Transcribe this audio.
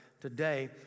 today